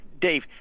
Dave